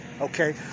okay